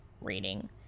reading